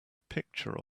picture